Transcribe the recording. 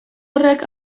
horrek